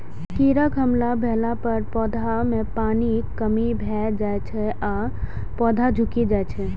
कीड़ाक हमला भेला पर पौधा मे पानिक कमी भए जाइ छै आ पौधा झुकि जाइ छै